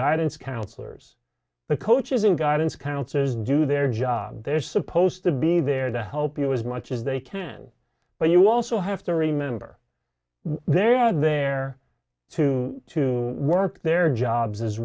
guidance counselors the coaches and guidance counselors do their job they're supposed to be there to help you as much as they can but you also have to remember they had there to to work their jobs as